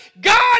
God